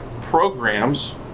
programs